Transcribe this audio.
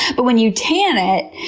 but when you tan it,